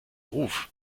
ruf